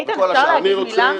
איתן, אפשר להגיד מילה?